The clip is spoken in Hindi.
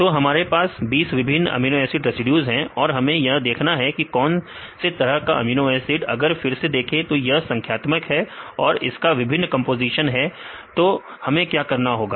तो हमारे पास 20 विभिन्न अमीनो एसिड रेसिड्यूज है और हमें यह देखना है कि कौन से तरह का अमीनो एसिड अगर फिर से देखें तो यह संख्यात्मक है और इसका विभिन्न कंपोजीशन है तो हमें क्या करना होगा